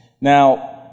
Now